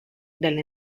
del